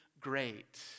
great